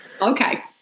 okay